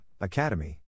academy